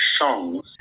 songs